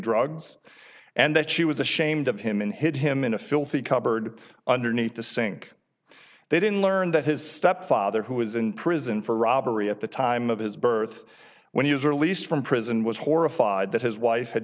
drugs and that she was ashamed of him and hid him in a filthy cupboard underneath the sink they didn't learn that his stepfather who was in prison for robbery at the time of his birth when he was released from prison was horrified that his wife had